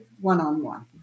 one-on-one